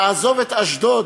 לעזוב את אשדוד,